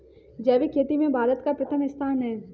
जैविक खेती में भारत का प्रथम स्थान है